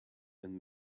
and